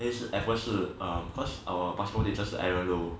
因为 at first 是 um because basketball teacher 是 edward loh